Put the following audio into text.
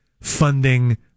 funding